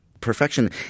Perfection